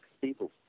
people